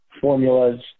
formulas